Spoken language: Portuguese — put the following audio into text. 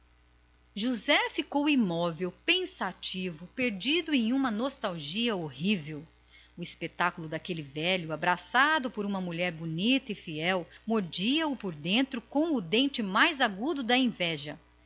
josé ficou imóvel pensativo perdido num desgosto invencível o espetáculo daquele velho boêmio abraçado a uma mulher bonita e sem dúvida fiel mordia o por dentro com o dente mais agudo da inveja